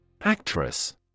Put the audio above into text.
Actress